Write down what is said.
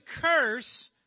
curse